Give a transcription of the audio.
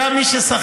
שם מי ששחקן,